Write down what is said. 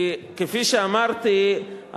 כי כפי שאמרתי,